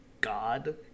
god